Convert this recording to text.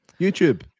YouTube